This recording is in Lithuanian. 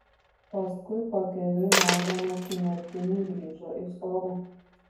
paskui pakeliui maudamasi nertinį grįžo į sodą